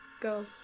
Go